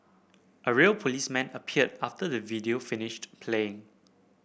a real policeman appeared after the video finished playing